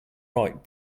right